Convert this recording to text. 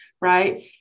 Right